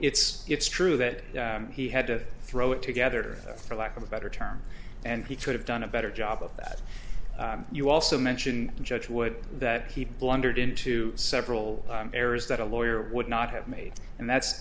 it's it's true that he had to throw it together for lack of a better term and he could have done a better job of that you also mention the judge would that he blundered into several errors that a lawyer would not have made and that's